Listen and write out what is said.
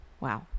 Wow